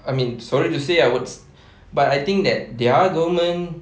I mean sorry to say ah but I think that their government